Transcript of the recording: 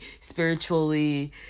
spiritually